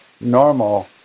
normal